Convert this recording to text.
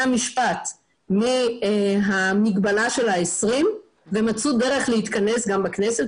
המשפט מהמגבלה של ה-20 אנשים בחדר ומצאו דרך להתכנס גם בכנסת,